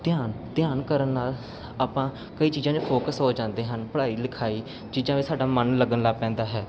ਧਿਆਨ ਧਿਆਨ ਕਰਨ ਨਾਲ ਆਪਾਂ ਕਈ ਚੀਜ਼ਾਂ ਫੋਕਸ ਹੋ ਜਾਂਦੇ ਹਨ ਪੜ੍ਹਾਈ ਲਿਖਾਈ ਚੀਜ਼ਾਂ ਵਿੱਚ ਸਾਡਾ ਮਨ ਲੱਗਣ ਲੱਗ ਪੈਂਦਾ ਹੈ